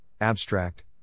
abstract